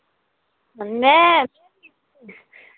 में